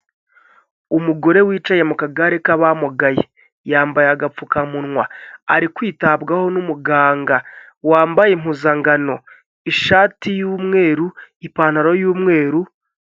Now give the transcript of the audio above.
Umugore wicaye mu kagare k'abamugaye yambaye agapfukamunwa ari kwitabwaho n'umuganga wambaye impuzangano ishati y'umweru ipantaro y'umweru.